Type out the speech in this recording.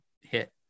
hit